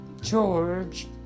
George